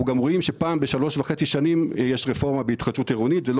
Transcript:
אנחנו רואים שפעם ב-3.5 שנים יש רפורמה בהתחדשות העירונית וזה,